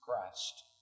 Christ